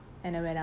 and I went out